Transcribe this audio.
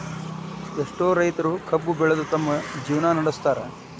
ಎಷ್ಟೋ ರೈತರು ಕಬ್ಬು ಬೆಳದ ತಮ್ಮ ಜೇವ್ನಾ ನಡ್ಸತಾರ